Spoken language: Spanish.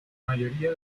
mayoría